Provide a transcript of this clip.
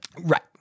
Right